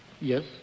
yes